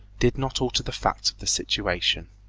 did not alter the facts of the situation.